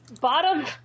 bottom